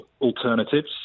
alternatives